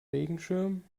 regenschirm